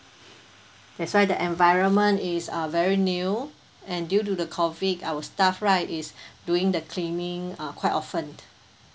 that's why the environment is uh very new and due to the COVID our staff right is doing the cleaning uh quite often